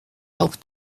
help